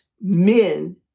men